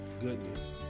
goodness